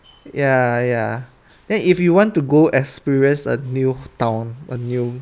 ya ya then if you want to go experience a new town a new